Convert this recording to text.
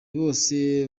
bose